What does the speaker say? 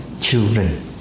children